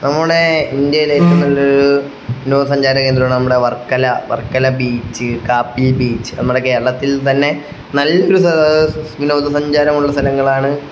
നമ്മുടെ ഇന്ത്യയിലെ ഏറ്റവും നല്ലൊരു വിനോദസഞ്ചാര കേന്ദ്രമാണ് നമ്മുടെ വർക്കല വർക്കല ബീച്ച് കാപ്പിൽ ബീച്ച് നമ്മുടെ കേരളത്തിൽ തന്നെ നല്ലൊരു വിനോദസഞ്ചാരമുള്ള സ്ഥലങ്ങളാണ്